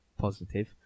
positive